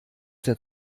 der